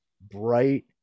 bright